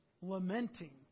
lamenting